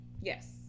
Yes